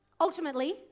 Ultimately